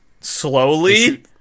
Slowly